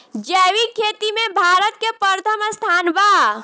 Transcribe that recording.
जैविक खेती में भारत के प्रथम स्थान बा